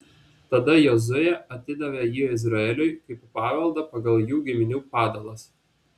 tada jozuė atidavė jį izraeliui kaip paveldą pagal jų giminių padalas